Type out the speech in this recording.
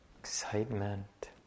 excitement